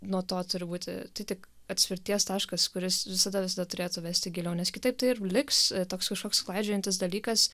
nuo to turi būti tai tik atspirties taškas kuris visada visada turėtų vesti giliau nes kitaip tai ir liks toks kažkoks klaidžiojantis dalykas